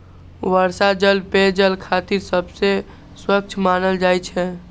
वर्षा जल पेयजल खातिर सबसं स्वच्छ मानल जाइ छै